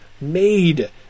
made